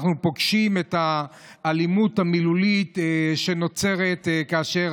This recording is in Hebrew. אנחנו פוגשים את האלימות המילולית שנוצרת כאשר